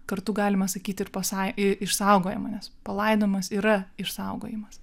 kartu galima sakyti ir pasa išsaugojimą nes palaidojimas yra išsaugojimas